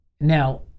Now